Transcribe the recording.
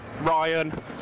Ryan